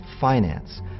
finance